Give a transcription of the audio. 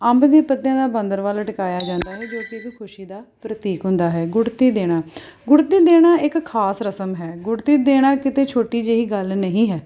ਅੰਬ ਦੇ ਪੱਤਿਆਂ ਦਾ ਬਾਂਦਰ ਵਾਲ ਲਟਕਾਇਆ ਜਾਂਦਾ ਹੈ ਜੋ ਕਿ ਇੱਕ ਖੁਸ਼ੀ ਦਾ ਪ੍ਰਤੀਕ ਹੁੰਦਾ ਹੈ ਗੁੜਤੀ ਦੇਣਾ ਗੁੜਤੀ ਦੇਣਾ ਇੱਕ ਖਾਸ ਰਸਮ ਹੈ ਗੁੜਤੀ ਦੇਣਾ ਕਿਤੇ ਛੋਟੀ ਜਿਹੀ ਗੱਲ ਨਹੀਂ ਹੈ